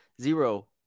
Zero